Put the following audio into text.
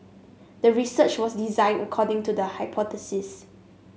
the research was designed according to the hypothesis